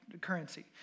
currency